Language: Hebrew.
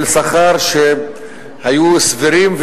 של שכר שהיו סבירות,